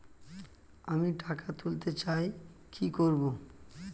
আমি টাকা তুলতে চাই কি করব?